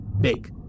big